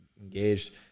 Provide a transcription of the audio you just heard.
engaged